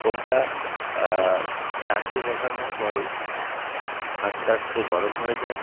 ফোনটা চার্জে বসানোর পরে আস্তে আস্তে গরম হয়ে যায়